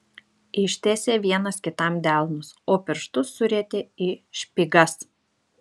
ištiesė vienas kitam delnus o pirštus surietė į špygas